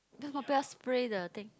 then spray the thing